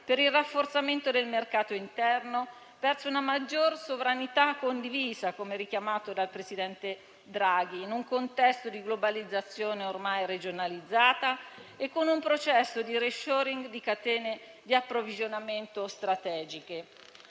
per il rafforzamento del mercato interno e verso una maggior sovranità condivisa, come richiamato dal presidente Draghi, in un contesto di globalizzazione ormai regionalizzata e con un processo di *reshoring* di catene di approvvigionamento strategiche.